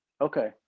Okay